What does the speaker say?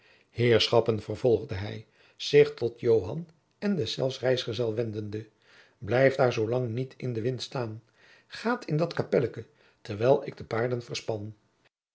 heerschoppen vervolgde hij zich tot joan en deszelfs reisgezel wendende blijft daôr zoo lang niet in den wind staôn gaôt in dat kapelleke terwijl ik de paarden verspan